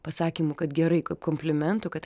pasakymu kad gerai komplimentų kad